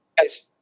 Guys